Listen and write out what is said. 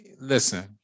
Listen